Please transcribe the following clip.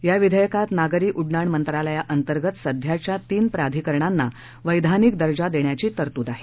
या विधेयकात नागरी उड्डाण मंत्रालयांतर्गत सध्याच्या तीन प्राधिकरणांना वैधानिक दर्जा देण्याची तरतूद आहे